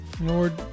Lord